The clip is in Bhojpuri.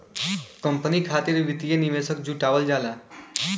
कंपनी खातिर वित्तीय निवेशक जुटावल जाला